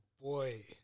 boy